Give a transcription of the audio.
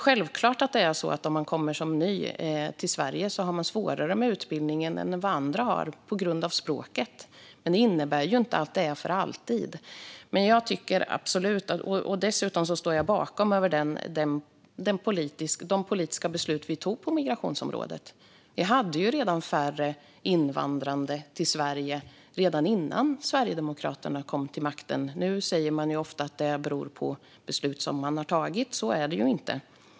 Självklart har den som kommer som ny till Sverige svårare med utbildningen än vad andra har på grund av språket. Men det innebär inte att det är för alltid. Dessutom står jag bakom de politiska beslut som vi fattade på migrationsområdet. Det var färre invandrande till Sverige redan innan Sverigedemokraterna kom till makten. Nu säger man ofta att det beror på beslut som har fattats, men så är det inte.